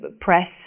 press